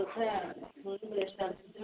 बडे़ शैल